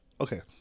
Okay